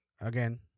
again